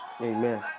Amen